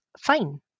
fine